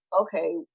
okay